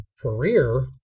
career